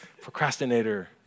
procrastinator